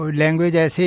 language